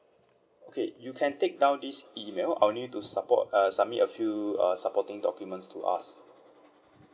okay you can take down this email I want you to support uh submit a few uh supporting documents to us